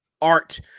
art